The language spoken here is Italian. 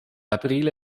aprile